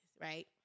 right